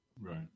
Right